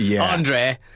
Andre